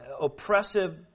oppressive